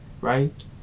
Right